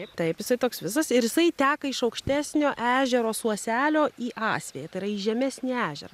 taip jisai toks visas ir jisai teka iš aukštesnio ežero suoselio į asvejį tai yra į žemesnį ežerą